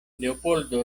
leopoldo